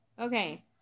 okay